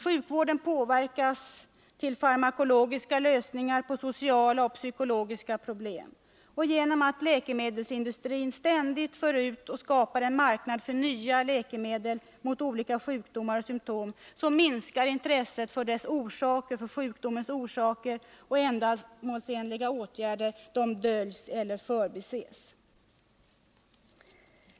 Sjukvården påverkas till farmakologiska lösningar på sociala och psykologiska problem. På grund av att läkemedelsindustrin ständigt för ut och skapar en marknad för nya läkemedel mot olika sjukdomar och symtom minskar intresset för sjukdomens orsaker, och ändamålsenliga åtgärder döljs eller förbises.